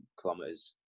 kilometers